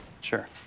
Sure